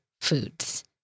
foods